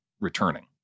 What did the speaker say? returning